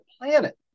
planet